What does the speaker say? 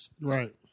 Right